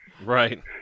Right